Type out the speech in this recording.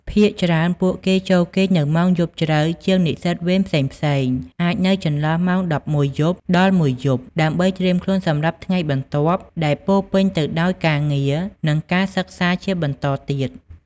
ភាគច្រើនពួកគេចូលគេងនៅម៉ោងយប់ជ្រៅជាងនិស្សិតវេនផ្សេងៗ អាចនៅចន្លោះម៉ោង ១១ យប់ ដល់ ១ យប់ ដើម្បីត្រៀមខ្លួនសម្រាប់ថ្ងៃបន្ទាប់ដែលពោរពេញទៅដោយការងារ និងការសិក្សាជាបន្តទៀត។